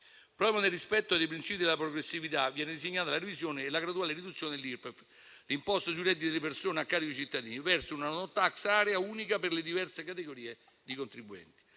Proprio nel rispetto dei princìpi della progressività viene ridisegnata la revisione e la graduale riduzione dell'Irpef, l'imposta sui redditi delle persone a carico dei cittadini, verso una *no tax area* unica per le diverse categorie di contribuenti.